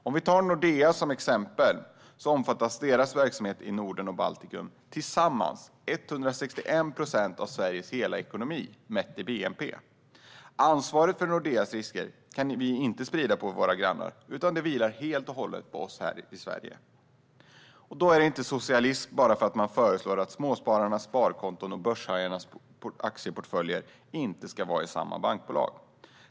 Om vi tar Nordea som exempel omfattar dess verksamhet i Norden och Baltikum tillsammans 161 procent av Sveriges hela ekonomi mätt i bnp. Ansvaret för Nordeas risker kan vi inte sprida på våra grannar, utan det vilar helt och hållet på oss här i Sverige. Det är inte socialism bara för att man föreslår att småspararnas sparkonton och börshajarnas aktieportföljer inte ska vara i samma bankbolag.